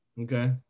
Okay